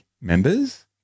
members